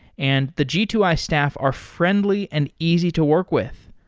and the g two i staff are friendly and easy to work with.